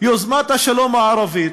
יוזמת השלום הערבית,